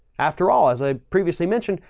after all, as i previously mentioned,